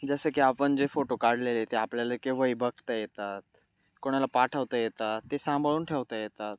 जसं की आपण जे फोटो काढलेले ते आपल्याला केव्हाही बघता येतात कोणाला पाठवता येतात ते सांभाळून ठेवता येतात